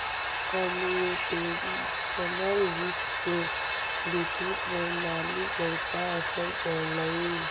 computational वित्त से वित्तीय प्रणाली पर का असर पड़लइ